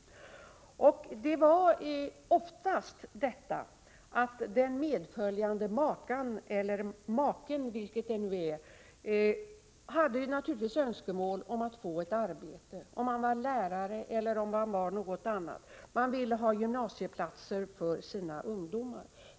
Det handlade oftast om att den medföljande makan eller maken — vilket det nu är — naturligtvis hade önskemål om att få ett arbete. Det kunde t.ex. gälla lärare. Man ville vidare ha gymnasieplatser för sina ungdomar.